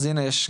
אז הנה יש,